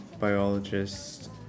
biologist